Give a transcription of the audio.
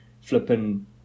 Flipping